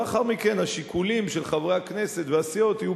ולאחר מכן השיקולים של חברי הכנסת והסיעות יהיו